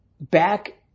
back